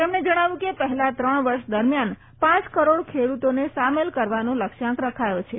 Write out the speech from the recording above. તેમણે જણાવ્યું કે પહેલા ત્રણ વર્ષ દરમ્યાન પાંચ કરોડ ખેડુતોને સામેલ કરવાનો લક્ષ્યાંક રખાયો છે